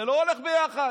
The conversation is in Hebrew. זה לא הולך ביחד.